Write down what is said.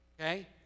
Okay